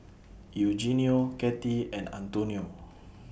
Eugenio Cathey and Antonio